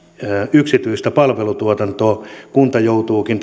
yksityistä palvelutuotantoa kunta joutuukin